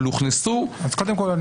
אבל הוכנסו --- אז קודם כל,